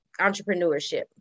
entrepreneurship